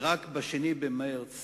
ורק ב-2 במרס